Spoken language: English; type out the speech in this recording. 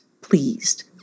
pleased